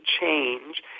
change